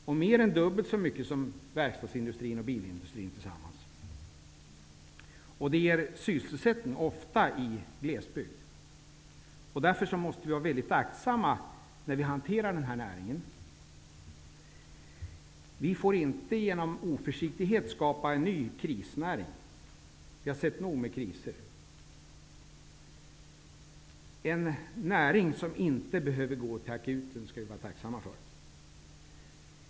Det är mer än dubbelt så mycket som verkstadsindustrin och bilindustrin tillsammans. Det ger sysselsättning, ofta i glesbygd. Därför måste vi vara mycket aktsamma när vi hanterar den här näringen. Vi får inte genom oförsiktighet skapa en ny krisnäring. Vi har sett nog med kriser. En näring som inte behöver gå till akuten skall vi vara tacksamma för.